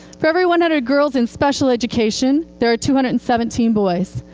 for every one hundred girls in special education, there are two hundred and seventeen boys.